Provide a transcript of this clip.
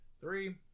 Three